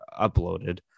uploaded